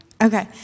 Okay